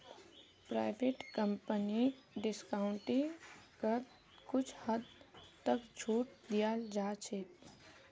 private कम्पनीक डिस्काउंटिंगत कुछ हद तक छूट दीयाल जा छेक